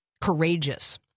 courageous